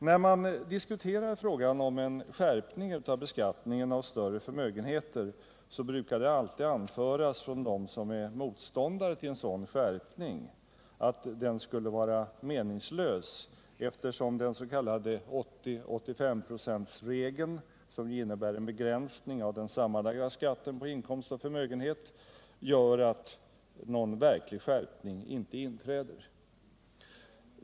När man diskuterar frågan om en skärpning av beskattningen av större förmögenheter, så brukar det alltid anföras från dem som är motståndare till en sådan skärpning att den skulle vara meningslös, eftersom den s.k. 80/85 procentregeln, som ju innebär en begränsning av den sammanlagda skatten på inkomst och förmögenhet, gör att någon verklig skärpning inte inträder.